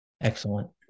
Excellent